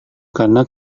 karena